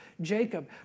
Jacob